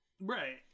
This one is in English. Right